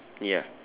ya